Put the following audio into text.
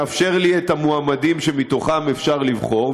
שמאפשר לי את המועמדים שמתוכם אפשר לבחור,